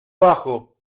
abajo